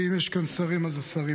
ואם יש כאן שרים אז השרים,